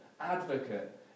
advocate